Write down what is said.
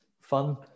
fun